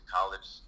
college